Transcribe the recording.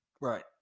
Right